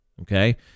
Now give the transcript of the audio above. Okay